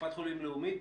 קופת חולים לאומית.